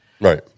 Right